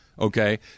Okay